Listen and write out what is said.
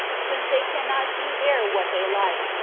since they cannot do there what they like,